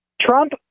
Trump